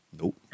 Nope